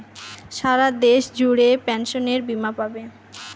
সারা দেশ জুড়ে পেনসনের বীমা পাবে